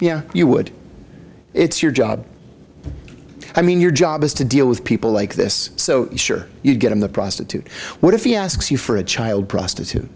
yeah you would it's your job i mean your job is to deal with people like this so sure you get in the prostitute what if he asks you for a child prostitute